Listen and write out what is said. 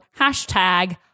hashtag